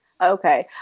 Okay